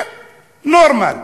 נורמל.